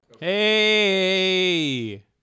hey